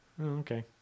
okay